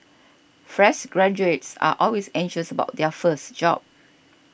fresh graduates are always anxious about their first job